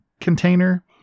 container